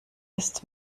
ist